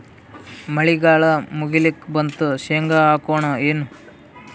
ಮಳಿಗಾಲ ಮುಗಿಲಿಕ್ ಬಂತು, ಶೇಂಗಾ ಹಾಕೋಣ ಏನು?